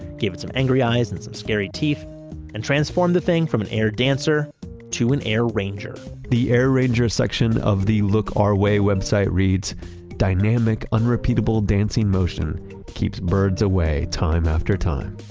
gave it some angry eyes, and scary teeth and transformed the thing from an air dancer to an air ranger the air ranger section of the look our way website reads dynamic unrepeatable dancing motion keeps birds away time after time.